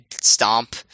stomp